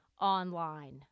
online